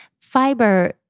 fiber